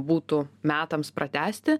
būtų metams pratęsti